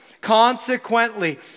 Consequently